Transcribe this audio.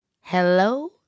Hello